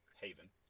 haven